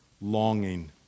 longing